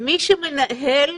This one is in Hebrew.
מי שמנהל,